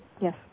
Yes